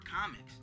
comics